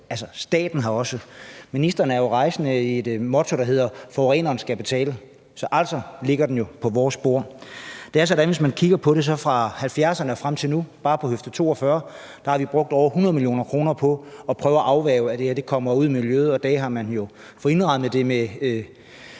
af kemikalieaffald. Ministeren er jo rejsende i et motto, der hedder, at forureneren skal betale, altså ligger den på vores bord. Det er sådan, at fra 1970'erne og frem til nu har vi på bare Høfde 42 brugt over 100 mio. kr. på at forsøge at afværge, at det kommer ud i miljøet, og i dag har man jo fået indrammet det med